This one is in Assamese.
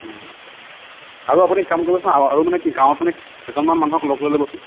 অ' আৰু আপুনি কাম কৰিবচোন আৰু মানে গাঁৱৰ মানে কেইজনমান মানুহক লগ লৈ ল'বচোন